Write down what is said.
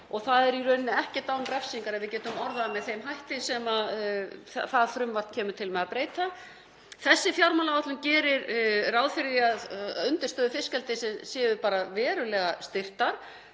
og það er í raun ekkert án refsingar, ef við getum orðað það með þeim hætti, það sem frumvarpið kemur til með að breyta. Þessi fjármálaáætlun gerir ráð fyrir því að undirstöður fiskeldisins séu verulega styrktar.